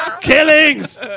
Killings